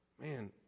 Man